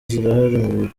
zirahari